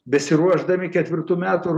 besiruošdami ketvirtų metų